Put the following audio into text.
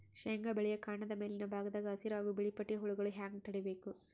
ಶೇಂಗಾ ಬೆಳೆಯ ಕಾಂಡದ ಮ್ಯಾಲಿನ ಭಾಗದಾಗ ಹಸಿರು ಹಾಗೂ ಬಿಳಿಪಟ್ಟಿಯ ಹುಳುಗಳು ಹ್ಯಾಂಗ್ ತಡೀಬೇಕು?